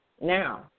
Now